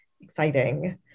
exciting